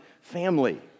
family